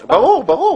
ברור.